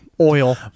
Oil